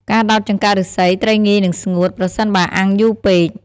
ការដោតចង្កាក់ឫស្សីត្រីងាយនឹងស្ងួត ប្រសិនបើអាំងយូរពេក។